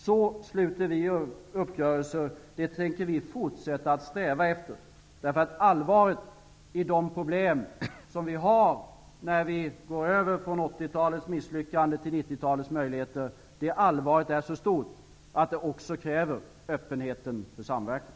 Så sluter vi uppgörelser, och det tänker vi fortsätta att sträva efter. Allvaret i de problem som vi har när vi går över från 1980-talets misslyckande till 1990-talets möjligher är så stort att det också kräver öppenheten för samverkan.